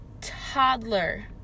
toddler